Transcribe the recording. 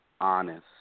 honest